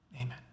Amen